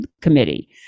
committee